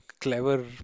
clever